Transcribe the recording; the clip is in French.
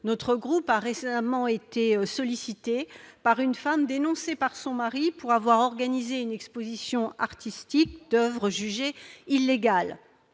Notre groupe a récemment été sollicité par une femme dénoncée par son mari pour avoir organisé une exposition artistique d'oeuvres jugées illégales.